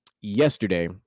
yesterday